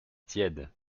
tiède